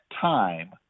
time